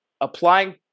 applying